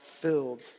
filled